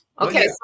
Okay